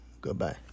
Goodbye